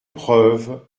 preuve